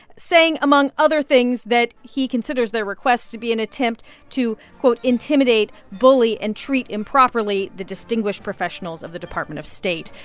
saying, among other things, that he considers their request to be an attempt to, quote, intimidate, bully and treat improperly the distinguished professionals of the department of state.